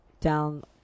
down